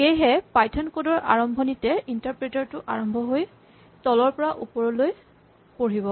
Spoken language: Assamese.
সেয়েহে পাইথন কড ৰ আৰম্ভণিতে ইন্টাৰপ্ৰেটাৰ টো আৰম্ভ হৈ তলৰ পৰা ওপৰলৈ পঢ়িব